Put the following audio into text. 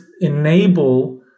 enable